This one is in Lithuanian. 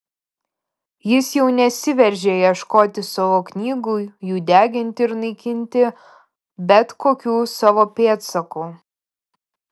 jis jau nesiveržė ieškoti savo knygų jų deginti ir naikinti bet kokių savo pėdsakų